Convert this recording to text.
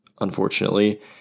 unfortunately